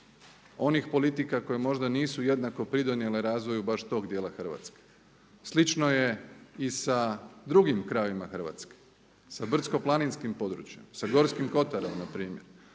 onih politika koje možda nisu jednako pridonijele razvoju baš tog dijela Hrvatske. Slično je i sa drugim krajevima Hrvatske, sa brdsko-planinskim područjem, sa Gorskim kotarom na primjer,